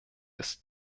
des